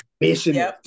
Mission